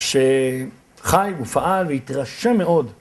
‫שחי, הוא פעל והתרשם מאוד.